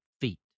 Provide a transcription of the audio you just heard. feet